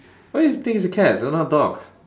why you think it's a cats they're not dogs